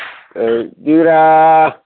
हैथ दि रा